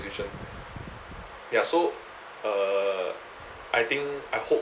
ya so uh I think I hope